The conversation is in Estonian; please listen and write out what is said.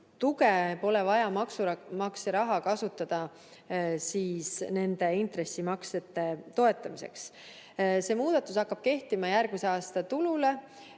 tuge, pole vaja maksumaksja raha kasutada nende intressimaksete toetamiseks. See muudatus hakkab kehtima järgmise aasta tulule.